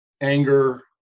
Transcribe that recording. anger